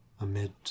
amid